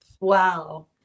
Wow